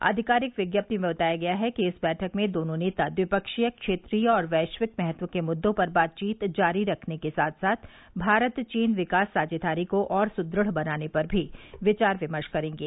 आधिकारिक विज्ञप्ति में बताया गया है कि इस बैठक में दोनों नेता द्विपक्षीय क्षेत्रीय और वैश्विक महत्व के मुद्दों पर बातचीत जारी रखने के साथ साथ भारत चीन विकास साझेदारी को और सुदुढ़ बनाने पर भी विचार विमर्श करेंगे